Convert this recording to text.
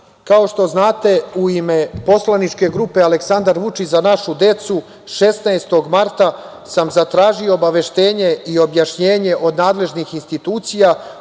Kao što znate, u ime poslaničke grupe „Aleksandar Vučić – Za našu decu“ 16. marta sam zatražio obaveštenje i objašnjenje od nadležnih institucija